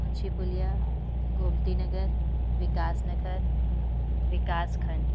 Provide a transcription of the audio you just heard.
मुंशीपुलिया गोमती नगर विकास नगर विकास खंड